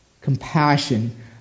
Compassion